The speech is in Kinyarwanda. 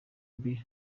mbi